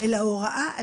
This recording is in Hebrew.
אלא ההוראה,